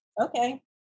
okay